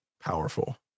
powerful